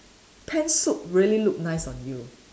pantsuit really look nice on you